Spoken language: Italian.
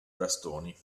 bastoni